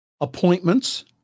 appointments